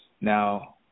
Now